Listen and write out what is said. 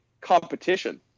competition